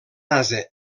ase